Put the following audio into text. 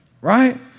Right